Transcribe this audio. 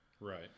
Right